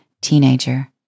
teenager